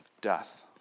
death